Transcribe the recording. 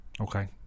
okay